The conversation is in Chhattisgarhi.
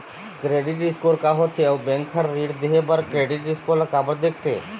क्रेडिट स्कोर का होथे अउ बैंक हर ऋण देहे बार क्रेडिट स्कोर ला काबर देखते?